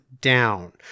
down